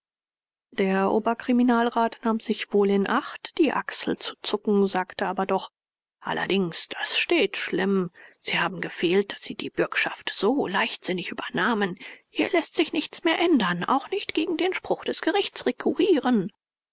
der oberkriminalrat nahm sich wohl in acht die achsel zu zucken sagte aber doch allerdings das steht schlimm sie haben gefehlt daß sie die bürgschaft so leichtsinnig übernahmen hier läßt sich nichts mehr ändern auch nicht gegen den spruch des